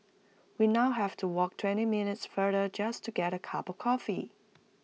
we now have to walk twenty minutes farther just to get A cup of coffee